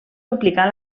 duplicar